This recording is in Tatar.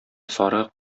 сарык